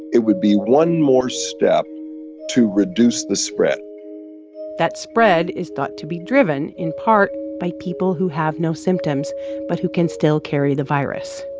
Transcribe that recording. it would be one more step to reduce the spread that spread is thought to be driven in part by people who have no symptoms but who can still carry the virus.